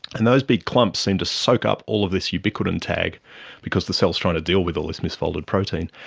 and of those big clumps seem to soak up all of this ubiquitin tag because the cell is trying to deal with all this misfolded protein.